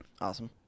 Awesome